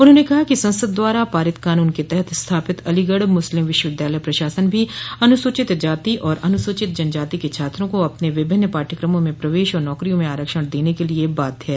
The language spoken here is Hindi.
उन्होंने कहा कि संसद द्वारा पारित कानून के तहत स्थापित अलीगढ़ मुस्लिम विश्वविद्यालय प्रशासन भी अनुसूचित जाति और अनुसूचित जनजाति के छात्रों को अपने विभिन्न पाठ्यक्रमों में प्रवेश और नौकरियों में आरक्षण देने के लिए बाध्य है